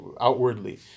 outwardly